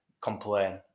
complain